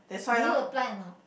do you apply a not